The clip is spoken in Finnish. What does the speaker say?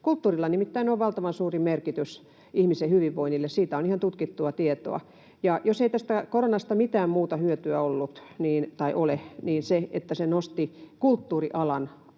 Kulttuurilla nimittäin on valtavan suuri merkitys ihmisen hyvinvoinnille, siitä on ihan tutkittua tietoa. Ja jos ei tästä koronasta mitään muuta hyötyä ole, niin se, että se nosti kulttuurialan